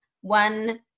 one